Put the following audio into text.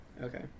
Okay